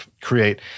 create